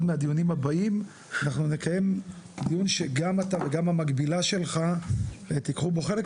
הדיונים הבאים נקיים דיון שגם אתה וגם המקבילה שלך תיקחו בו חלק,